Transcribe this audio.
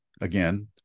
again